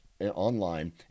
online